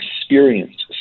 experienced